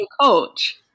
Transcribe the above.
coach